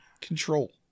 control